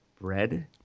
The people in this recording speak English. Bread